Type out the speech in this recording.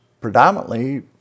predominantly